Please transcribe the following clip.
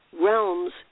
realms